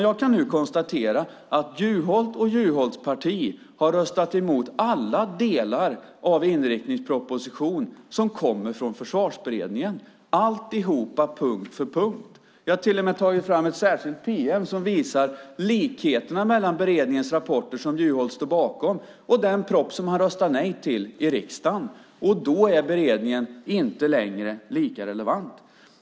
Jag kan nu konstatera att Juholt och Juholts parti har röstat emot alla delar av inriktningspropositionen som kommer från Försvarsberedningen - allt punkt för punkt. Jag har till och med tagit fram ett särskilt pm som visar likheterna mellan beredningens rapporter som Juholt står bakom och den proposition som han röstat nej till i riksdagen. Då är beredningen inte längre lika relevant.